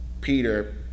Peter